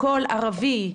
קול ערבי,